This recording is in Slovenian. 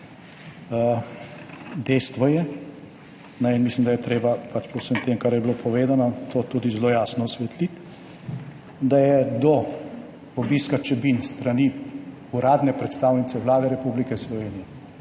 Dejstvo je, in mislim, da je treba pač po vsem tem, kar je bilo povedano, to tudi zelo jasno osvetliti, da je obisk Čebin s strani uradne predstavnice Vlade Republike Slovenije